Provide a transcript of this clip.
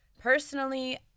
Personally